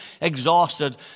exhausted